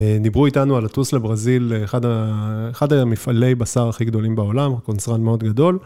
דיברו איתנו על לטוס לברזיל, לאחד המפעלי בשר הכי גדולים בעולם, קונצרן מאוד גדול.